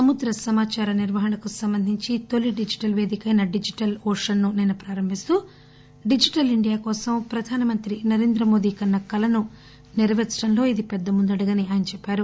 సముద్ర సమాదార నిర్వహణకు సంబంధించి తొలీ డిజిటల్ పేదిక అయిన డిజిటల్ ఓషన్ ను నిన్న ప్రారంభిస్తూ డిజిటల్ ఇండియా కోసం ప్రధానమంత్రి కన్న కలను నెరవేర్చడంలో ఇది పెద్ద ముందడుగని చెప్పారు